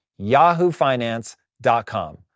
yahoofinance.com